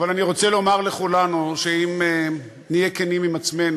אבל אני רוצה לומר לכולנו, שאם נהיה כנים עצמנו,